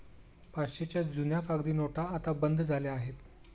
पाचशेच्या जुन्या कागदी नोटा आता बंद झाल्या आहेत